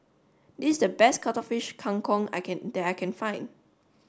this is the best Cuttlefish Kang Kong I can that I can find